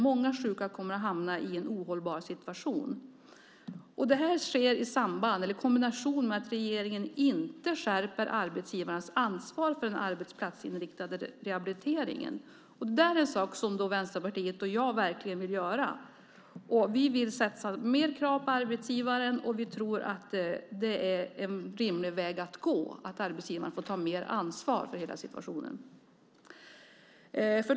Många sjuka kommer att hamna i en ohållbar situation. Det här sker i kombination med att regeringen inte skärper arbetsgivarens ansvar för den arbetsplatsinriktade rehabiliteringen. Det är en sak som Vänsterpartiet och jag verkligen vill göra. Vi vill ställa mer på krav på arbetsgivare. Vi tror att det är en rimlig väg att gå att arbetsgivaren får ta mer ansvar för hela situationen.